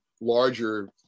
larger